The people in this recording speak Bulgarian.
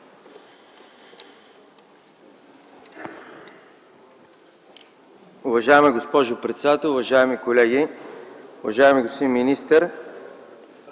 Уважаема госпожо председател, уважаеми колеги, уважаеми господин министър!